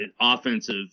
offensive